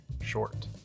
short